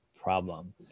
problem